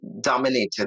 dominated